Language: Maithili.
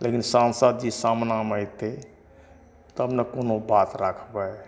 लेकिन सांसद जी सामनाने अयतै तब ने कोनो बात राखबै